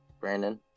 brandon